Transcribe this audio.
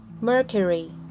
Mercury